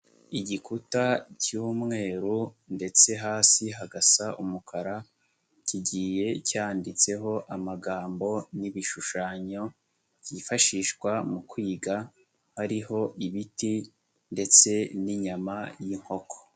Igikuta cy'umweru ndetse hasi hagasa umukara, kigiye cyanditseho amagambo n'ibishushanyo byifashishwa mu kwiga, hariho ibiti ndetse n'inyama y'inkoko.